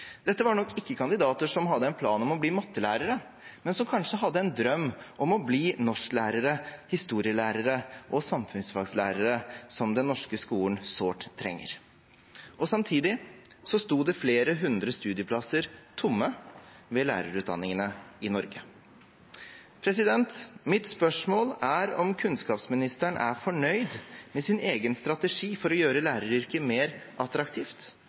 Dette var nok ikke kandidater som hadde en plan om å bli matematikklærere, men som kanskje hadde en drøm om å bli norsklærere, historielærere og samfunnsfagslærere, som den norske skolen sårt trenger. Samtidig sto det flere hundre studieplasser tomme ved lærerutdanningene i Norge. Mitt spørsmål er om kunnskapsministeren er fornøyd med sin egen strategi for å gjøre læreryrket mer attraktivt,